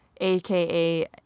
aka